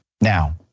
Now